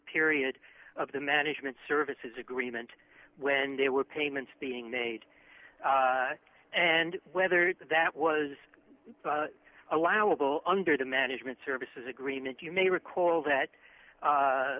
period of the management services agreement when they were payments being made and whether that was allowable under the management services agreement you may recall that